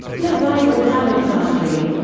la bible d'alexandrie